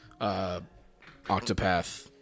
Octopath